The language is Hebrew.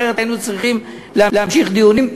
אחרת היינו צריכים להמשיך בדיונים.